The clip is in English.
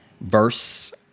verse